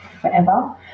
forever